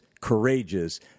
courageous